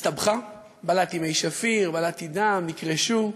הסתבכה: בלעתי מי שפיר, בלעתי דם, נקרשו.